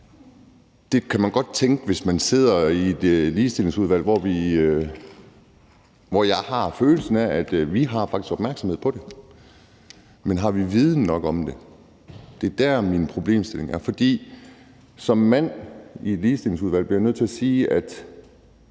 Det kan man godt tænke, hvis man sidder i et Ligestillingsudvalg, hvor jeg har følelsen af, at vi faktisk har opmærksomhed på det, men har vi viden nok om det? Det er der, min problemstilling er. Som mand i et Ligestillingsudvalg bliver jeg nødt til at sige, at